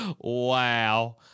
wow